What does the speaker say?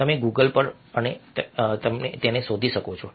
તમે ગૂગલ અને તેમને શોધી શકો છો